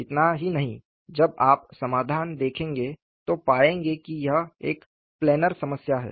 इतना ही नहीं जब आप समाधान देखेंगे तो पाएंगे कि यह एक प्लेनर समस्या है